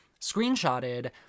screenshotted